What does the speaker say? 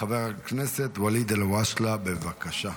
חבר הכנסת ואליד אלהואשלה, בבקשה.